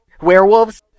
Werewolves